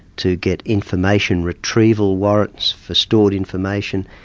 to get information retrieval warrants for stored information,